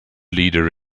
leader